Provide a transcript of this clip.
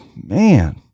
man